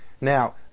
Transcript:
Now